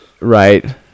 Right